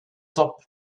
top